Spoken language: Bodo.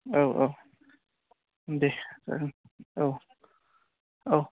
औ औ दे जागोन औ औ